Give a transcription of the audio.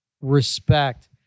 respect